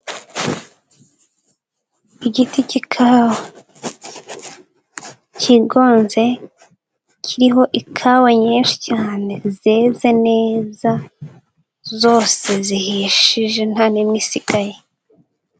Igiti cy'ikawa kigonze, kiriho ikawa nyinshi cyane zeze neza, zose zihishije nta n'imwe isigaye.